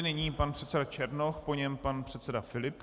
Nyní pan předseda Černoch, po něm pan předseda Filip.